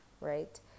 right